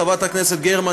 חברת הכנסת גרמן,